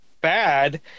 bad